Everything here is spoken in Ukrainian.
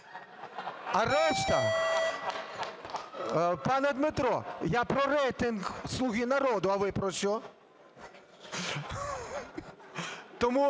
а решта… Пане Дмитро, я про рейтинг "Слуги народу", а ви про що?